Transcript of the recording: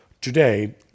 today